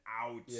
out